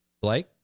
Blake